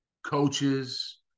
Coaches